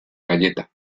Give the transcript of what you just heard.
galleta